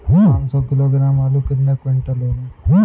पाँच सौ किलोग्राम आलू कितने क्विंटल होगा?